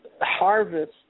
harvest